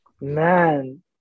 Man